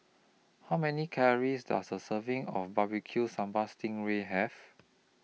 How Many Calories Does A Serving of Barbecue Sambal Sting Ray Have